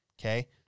Okay